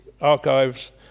archives